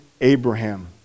Abraham